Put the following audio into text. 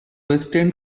western